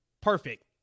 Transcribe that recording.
Perfect